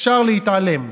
אפשר להתעלם.